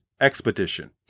Expedition